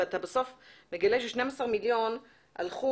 ואת בסוף מגלה ש-12 מיליון הלכו.